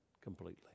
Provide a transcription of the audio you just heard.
completely